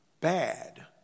bad